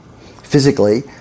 physically